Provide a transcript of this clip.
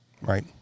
right